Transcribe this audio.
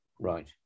Right